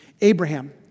Abraham